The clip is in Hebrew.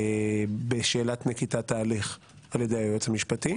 בשאלת נקיטת ההליך על ידי היועץ המשפטי,